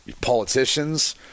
politicians